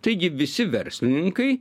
taigi visi verslininkai